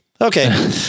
Okay